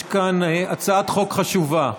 יש כאן הצעת חוק חשובה.